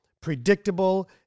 predictable